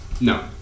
No